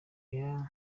aya